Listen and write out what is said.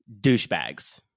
douchebags